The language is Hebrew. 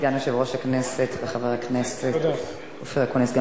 סגן יושב-ראש הכנסת וחבר הכנסת אופיר אקוניס.